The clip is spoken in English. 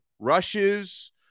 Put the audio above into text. rushes